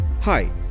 Hi